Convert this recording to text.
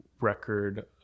record